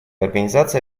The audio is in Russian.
организация